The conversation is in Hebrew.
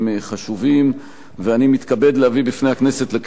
ואני מתכבד להביא בפני הכנסת לקריאה שנייה ולקריאה שלישית